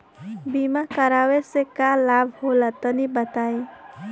बीमा करावे से का लाभ होला तनि बताई?